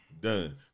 done